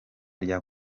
rya